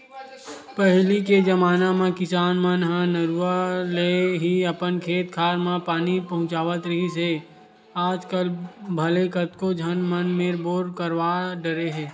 पहिली के जमाना म किसान मन ह नरूवा ले ही अपन खेत खार म पानी पहुँचावत रिहिस हे आजकल भले कतको झन मन ह बोर करवा डरे हे